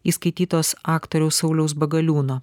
įskaitytos aktoriaus sauliaus bagaliūno